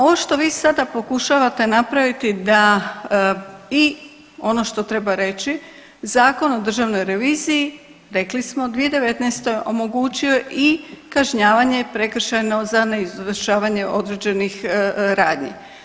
Ovo što vi sada pokušavate napraviti da i ono što treba reći, Zakon o državnoj reviziji, rekli smo, 2019. omogućio je i kažnjavanje prekršajno za neizvršavanje određenih radnji.